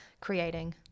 creating